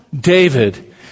David